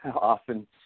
often